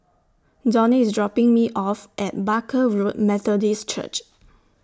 Donnie IS dropping Me off At Barker Road Methodist Church